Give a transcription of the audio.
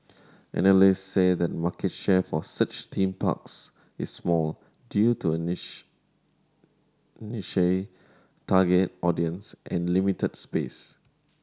analysts say the market share for such theme parks is small due to a niche target audience and limited space